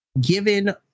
given